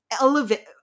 elevate